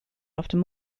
after